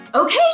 Okay